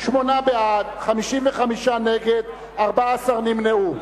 שמונה בעד, 55 נגד, 14 נמנעו.